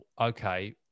okay